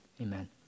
amen